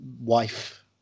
wife